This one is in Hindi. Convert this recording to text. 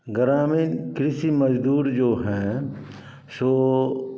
ग्रामीण कृषि मज़दूर जो हैं सो